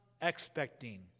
expecting